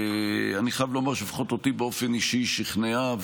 ואני חייב לומר שלפחות אותי באופן אישי היא שכנעה,